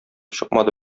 чыкмады